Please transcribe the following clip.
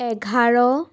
এঘাৰ